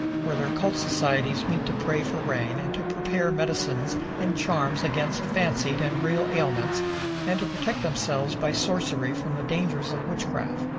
where their cult societies meet to pray for rain and to prepare medicines and charms against fancied and real ailments and to protect themselves by sorcery from the dangers of witchcraft.